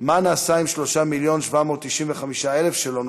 3. מה נעשה עם 3 מיליון ו-795,000 ש"ח שלא נוצלו?